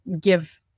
give